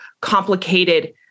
complicated